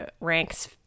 ranks